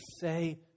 say